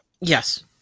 Yes